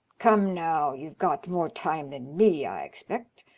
come now, you've got more time than me, i expect.